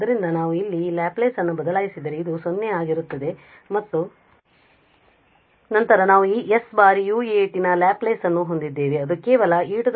ಆದ್ದರಿಂದ ನಾವು ಇಲ್ಲಿ ಈ ಲ್ಯಾಪ್ಲೇಸ್ ಅನ್ನು ಬದಲಾಯಿಸಿದರೆ ಇದು 0 ಆಗಿರುತ್ತದೆ ಮತ್ತು ನಂತರ ನಾವು s ಬಾರಿ ua ನ ಲ್ಯಾಪ್ಲೇಸ್ ಅನ್ನು ಹೊಂದಿದ್ದೇವೆ ಅದು ಕೇವಲ e−as